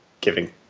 giving